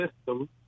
system